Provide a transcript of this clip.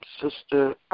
Sister